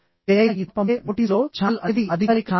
ఏదైనా ఇతర పంపే నోటీసులో ఛానెల్ అనేది అధికారిక ఛానెల్